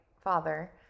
father